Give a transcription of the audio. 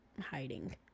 hiding